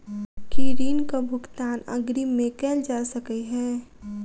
की ऋण कऽ भुगतान अग्रिम मे कैल जा सकै हय?